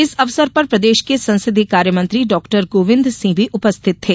इस अवसर पर प्रदेश के संसदीय कार्य मंत्री डाक्टर गोविन्द सिंह भी उपस्थित थे